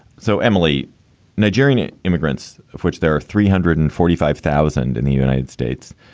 so emily nigerien, it immigrants of which there are three hundred and forty five thousand in the united states,